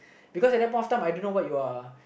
because at that point of time I don't know what you are